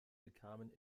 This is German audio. bekamen